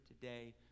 today